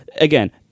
again